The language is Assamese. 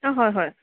অঁ হয় হয়